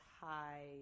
high